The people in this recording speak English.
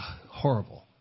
horrible